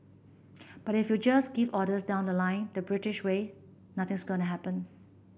but if you just give orders down the line the British way nothing's going to happen